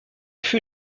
fut